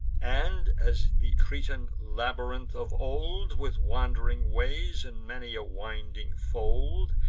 and, as the cretan labyrinth of old, with wand'ring ways and many a winding fold,